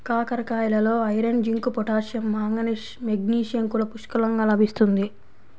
కాకరకాయలలో iron, zinc, potassium, manganese, magnesium కూడా పుష్కలంగా లభిస్తుంది